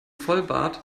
vollbart